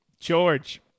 George